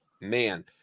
man